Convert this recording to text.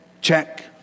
check